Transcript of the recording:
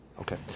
Okay